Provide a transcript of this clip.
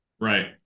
Right